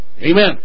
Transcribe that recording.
Amen